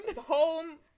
Home